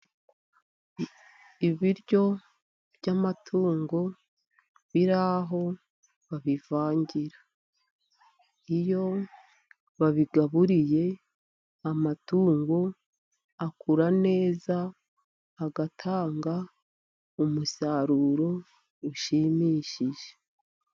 Ibiryo by'amatungo biraho babivangira, iyo babigaburiye amatungo akura neza agatanga umusaruro ushimishije.